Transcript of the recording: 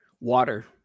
water